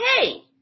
hey